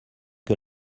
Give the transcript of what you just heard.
que